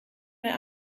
mehr